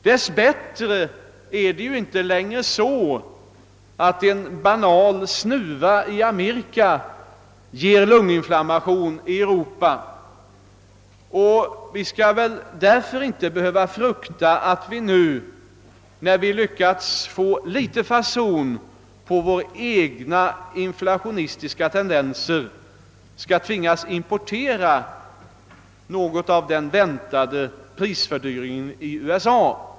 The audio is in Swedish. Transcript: Dess bättre är det inte längre så att en banal snuva i Amerika ger lunginflammation i Europa. Vi skall därför inte behöva frukta att vi nu, när vi lyckats få någorlunda fason på våra egna inflationistiska tendenser, skall tvingas importera något av den väntade prisförhöjningen i USA.